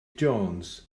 jones